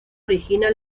origina